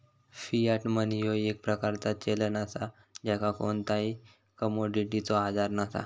Fiat money ह्यो एक प्रकारचा चलन असा ज्याका कोणताही कमोडिटीचो आधार नसा